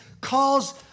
calls